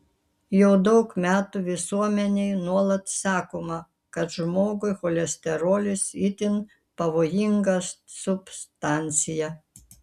jau daug metų visuomenei nuolat sakoma kad žmogui cholesterolis itin pavojinga substancija